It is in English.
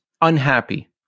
unhappy